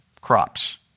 crops